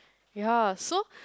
ya so